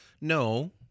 No